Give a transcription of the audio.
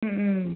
ഹ്മ് ഹ്മ്